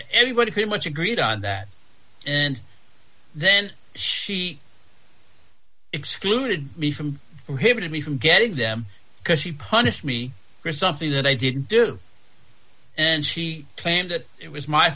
everybody pretty much agreed on that and then she excluded me from him to me from getting them because she punished me for something that i didn't do and she claimed that it was my